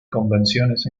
convenciones